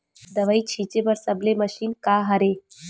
दवाई छिंचे बर सबले मशीन का हरे?